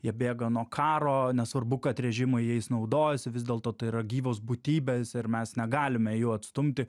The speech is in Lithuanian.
jie bėga nuo karo nesvarbu kad režimo jais naudojasi vis dėlto tai yra gyvos būtybės ir mes negalime jų atstumti